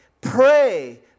pray